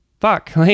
fuck